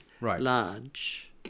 large